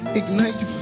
ignite